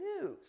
news